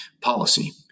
policy